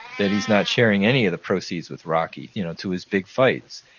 that he's not sharing any of the proceeds with rocky you know to his big fights,